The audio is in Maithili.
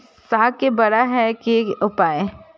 साग के बड़ा है के उपाय?